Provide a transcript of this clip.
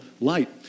light